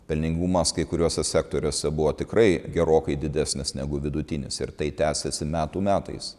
pelningumas kai kuriuose sektoriuose buvo tikrai gerokai didesnis negu vidutinis ir tai tęsėsi metų metais